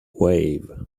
wave